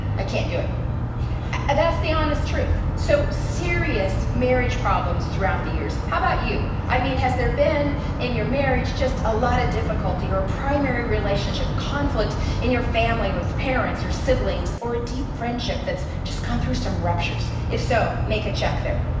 i can't do it, and that's the honest truth. so serious marriage problems throughout the years. how about you? i mean, has there been in your marriage just a lot of difficulty, or primary relationship, relationship, conflict in your family with parents or siblings, or a deep friendship that's just gone through some ruptures? if so, make a check there.